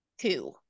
two